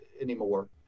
anymore